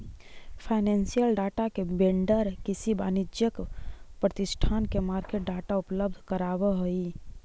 financial data vendor किसी वाणिज्यिक प्रतिष्ठान के मार्केट डाटा उपलब्ध करावऽ हइ